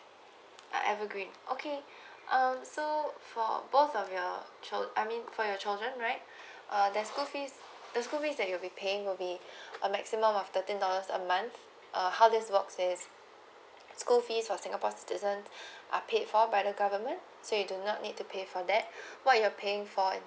ah ever green okay um so for both of your I mean for your children right uh the school fees the school fees that you'll be paying will be a maximum of thirteen dollars a month uh how this works is school fees for singapore citizen are paid for by the government so you do not need to pay for that what you're paying for is